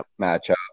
matchup